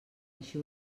així